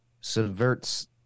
subverts